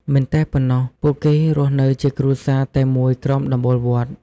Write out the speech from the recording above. មិនតែប៉ុណ្ណោះ ពួកគេរស់នៅជាគ្រួសារតែមួយក្រោមដំបូលវត្ត។